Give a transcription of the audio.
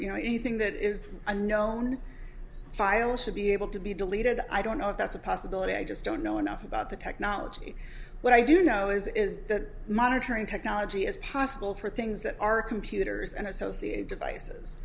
you know anything that is unknown files should be able to be deleted i don't know if that's a possibility i just don't know enough about the technology but i do know is is that monitoring technology is possible for things that are computers and associated devices